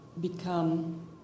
become